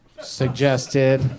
suggested